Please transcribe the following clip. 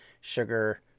sugar